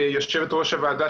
יושבת ראש הוועדה,